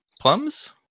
Plums